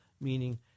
meaning